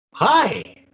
Hi